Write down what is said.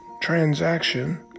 transaction